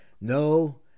No